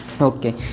okay